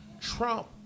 Trump